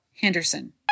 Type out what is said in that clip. Henderson